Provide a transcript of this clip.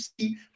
see